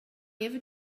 ever